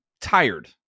tired